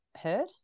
heard